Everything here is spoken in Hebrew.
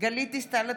גלית דיסטל אטבריאן,